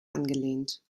angelehnt